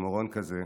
אוקסימורון כזה.